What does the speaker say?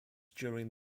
during